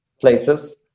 places